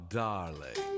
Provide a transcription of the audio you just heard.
darling